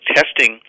testing